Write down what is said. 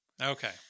Okay